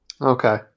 Okay